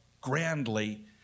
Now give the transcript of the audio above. grandly